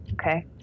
Okay